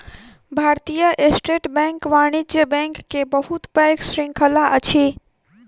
भारतीय state bank वाणिज्य bank के बहुत पैघ श्रृंखला अछि